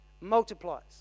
multiplies